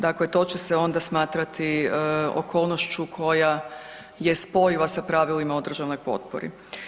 Dakle to će se onda smatrati okolnošću koja je spojiva sa pravilima o državnoj potpori.